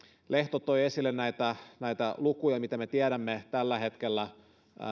lehto toi esille näitä lukuja mitä me tiedämme tällä hetkellä